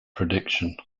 prediction